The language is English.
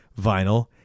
vinyl